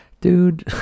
dude